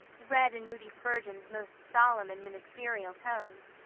read in moody spurgeon's most solemn and ministerial tones,